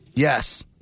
Yes